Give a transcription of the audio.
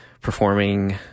performing